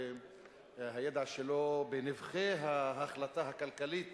והידע שלו בנבכי ההחלטה הכלכלית